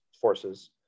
forces